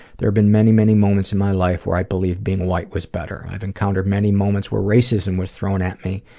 there have been many, many moments in my life where i believed being white was better. i've encountered many moments where racism was thrown at me.